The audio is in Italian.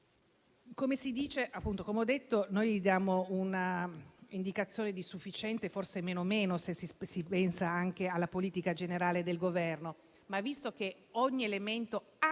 preventivamente? Come ho detto, noi gli diamo un'indicazione di sufficiente, forse meno meno, se si pensa anche alla politica generale del Governo. Visto però che ogni elemento